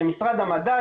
במשרד המדע,